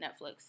Netflix